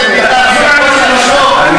חבר הכנסת שטבון, תורך יגיע לדבר עוד מעט.